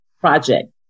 project